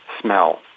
Smell